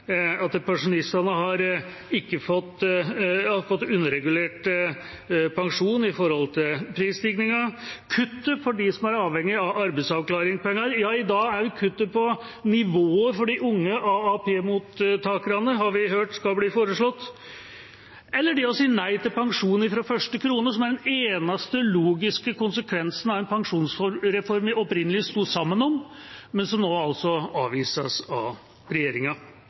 at pensjonistene har fått underregulert pensjon i forhold til prisstigningen. Når det gjelder de som er avhengige av arbeidsavklaringspenger, har vi i dag hørt at det skal bli foreslått å kutte i nivået for de unge AAP-mottakerne. Eller hva med det å si nei til pensjon fra første krone – den eneste logiske konsekvensen av en pensjonsreform vi opprinnelig sto sammen om, men som nå avvises av regjeringa?